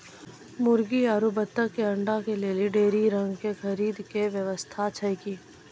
मुर्गी आरु बत्तक के अंडा के लेली डेयरी रंग के खरीद के व्यवस्था छै कि?